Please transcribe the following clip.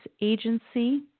agency